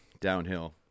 downhill